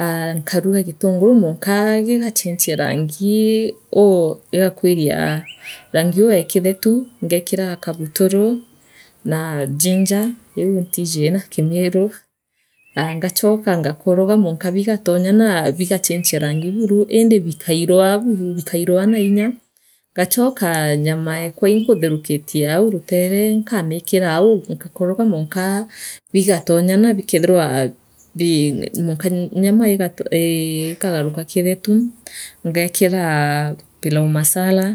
aa nkaruga gitungury mwanka gigachinchia rangi uu igakwiiria uu rangi uu ya kithetu ngekira kubuturu na ginger iu ntiji na kimiru aah ngachooka ngakoroga mwanka bigatonyara bigachinjia rangi buru indi bikairua buru bikairua ninya ngachoka nyama ekwa inkutherukitie au rutere nkamiikira au ngokoroga mwanka biga unyara bikenthirwa bii mwanka nyama ii ikaguruka kithethu ngeekiraa pilau masala.